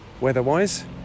weather-wise